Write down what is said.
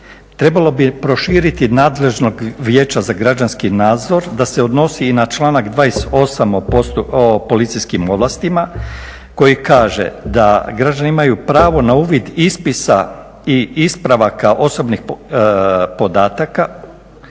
trebalo bi prošiti nadležnost Vijeća za građanski nadzor da se odnosi i na članak 28. o policijskim ovlastima koji kaže da građani imaju pravo na uvid ispisa i ispravaka osobnih podataka